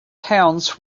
towns